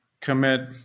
commit